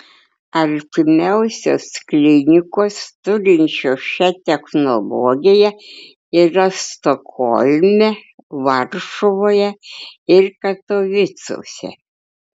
artimiausios klinikos turinčios šią technologiją yra stokholme varšuvoje ir katovicuose